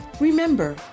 Remember